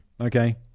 okay